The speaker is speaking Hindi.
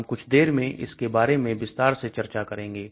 हम कुछ देर में इसके बारे में विस्तार से चर्चा करेंगे